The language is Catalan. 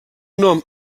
nom